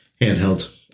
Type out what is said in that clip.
handheld